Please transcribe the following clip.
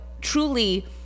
truly